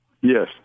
Yes